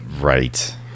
Right